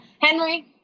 Henry